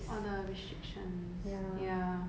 all the restrictions ya